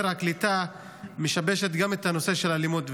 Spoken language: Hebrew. הקליטה בהם משבש גם את הנושא של הלימוד.